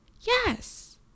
yes